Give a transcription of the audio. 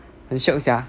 很 shiok sia